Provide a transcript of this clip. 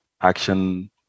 action